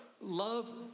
Love